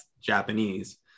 Japanese